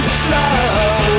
slow